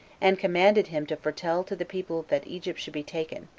and commanded him to foretell to the people that egypt should be taken,